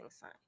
sign